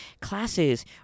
classes